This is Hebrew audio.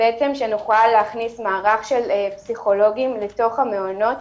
שנוכל להכניס מערך של פסיכולוגים לתוך המעונות